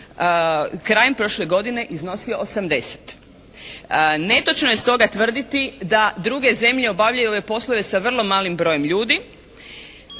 krajem prošle godine iznosio 80. Netočno je stoga tvrditi da druge zemlje obavljaju ove poslove sa vrlo malim brojem ljudi